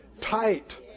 tight